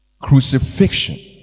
crucifixion